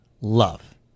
Love